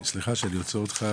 סליחה שאני עוצר אותך,